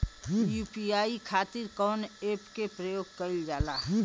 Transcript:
UPI खातीर कवन ऐपके प्रयोग कइलजाला?